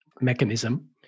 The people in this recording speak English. mechanism